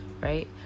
right